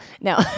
no